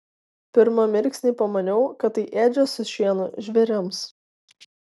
pirmą mirksnį pamaniau kad tai ėdžios su šienu žvėrims